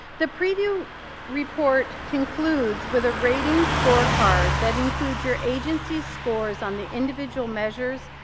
the preview report concludes with a rating scorecard that includes your agency's scores on the individual measures,